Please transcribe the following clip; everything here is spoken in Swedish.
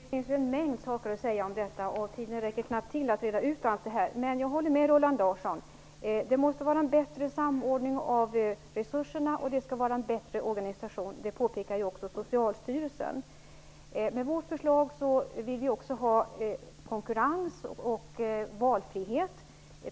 Herr talman! Det finns en mängd saker att säga om detta, och tiden räcker knappt till att reda ut allt det här. Men jag håller med Roland Larsson: Det måste bli en bättre samordning av resurserna och det behövs en bättre organisation. Det påpekar också Socialstyrelsen. Med vårt förslag vill vi också ha konkurrens och valfrihet.